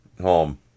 home